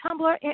Tumblr